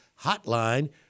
hotline